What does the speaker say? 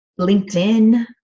LinkedIn